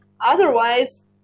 otherwise